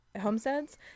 homesteads